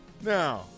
Now